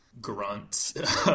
grunt